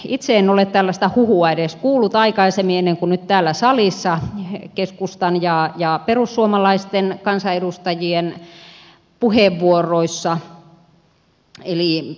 itse en ole tällaista huhua edes kuullut aikaisemmin ennen kuin nyt täällä salissa keskustan ja perussuomalaisten kansanedustajien puheenvuoroissa